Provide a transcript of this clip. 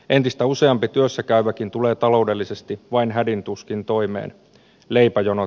entistä useampi työssäkäyväkin tulee taloudellisesti vain hädin tuskin toimeen leipäjono